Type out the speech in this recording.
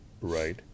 right